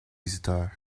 visiteurs